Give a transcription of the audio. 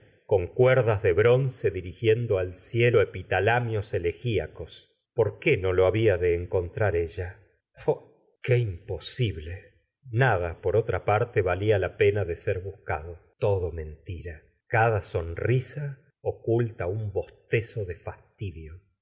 con cuerdas de bronce dirigiendo al cielo epitalamios elegiacos por qué no lo había de encontrar ella oh qué impo sible nada por otra parte valfa la pena de ser buscado todo mentira cada sonrisa oculta un bostezo de fastidio